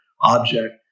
object